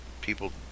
people